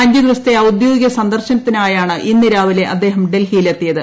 അഞ്ച് ദിവസത്തെ ഔദ്യോഗിക സന്ദർശനത്തിനായാണ് ഇന്ന് രാവിലെ അദ്ദേഹം ഡൽഹിയിലെത്തിയത്